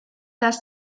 das